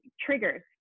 triggers